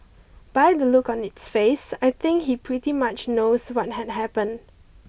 by the look on its face I think he pretty much knows what had happened